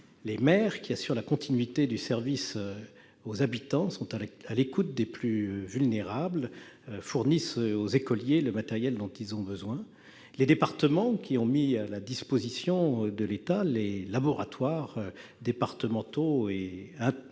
les maires, qui assurent la continuité du service aux habitants, qui sont à l'écoute des plus vulnérables et qui fournissent aux écoliers le matériel dont ils ont besoin ; les départements, qui ont mis à la disposition de l'État les laboratoires départementaux et